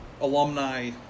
alumni